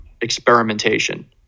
experimentation